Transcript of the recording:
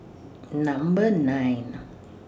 Number nine